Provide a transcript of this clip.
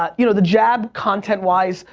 um you know, the jab, content wise,